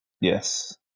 Yes